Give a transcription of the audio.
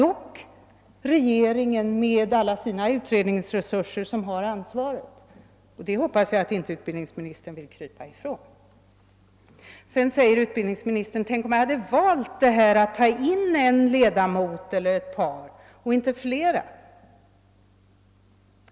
Det är regeringen med alla sina utredningsresurser som bär ansvaret, och det hoppas jag att utbildningsministern inte vill krypa ifrån. Sedan säger utbildningsministern: »Tänk om jag bara hade valt att ta in ett par ledamöter i utredningen!